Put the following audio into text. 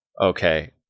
okay